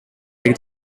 take